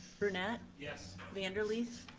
brunette? yes. van der leest?